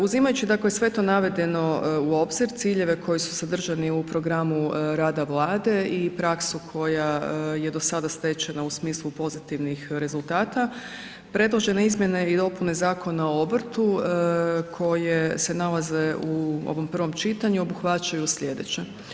Uzimajući dakle sve to navedeno u obzir, ciljeve koji su sadržani u programu rada Vlade i praksu koja je do sada stečena u smislu pozitivnih rezultata, predložene izmjene i dopune Zakona o obrtu koje se nalaze u ovom prvom čitanju obuhvaćaju slijedeće.